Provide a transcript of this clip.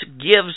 gives